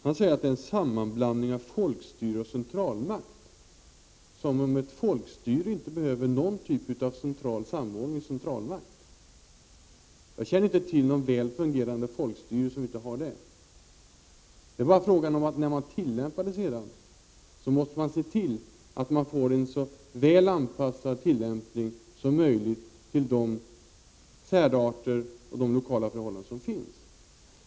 Han säger att det är fråga om en sammanblandning av folkstyre och centralmakt, som om ett folkstyre inte behövde någon form av central samordning eller centralmakt. Jag känner inte till något väl fungerande folkstyre som inte har en centralmakt. När man sedan tillämpar bestämmelserna måste man se till att man får en så väl anpassad tillämpning som möjligt till de särarter och de lokala förhållanden som finns.